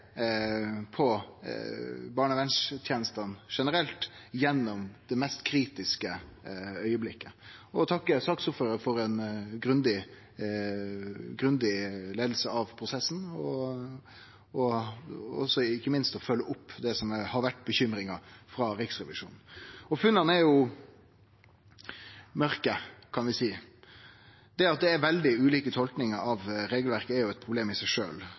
på barnevernstenestene generelt gjennom den mest kritiske augeblinken. Eg vil òg takke saksordføraren for ei grundig leiing av prosessen, og ikkje minst for å følgje opp det som Riksrevisjonen har vore bekymra for. Funna er mørke, kan vi seie. Det at det er veldig ulike tolkingar av regelverket, er eit problem i seg